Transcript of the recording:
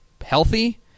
healthy